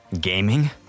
Gaming